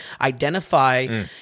identify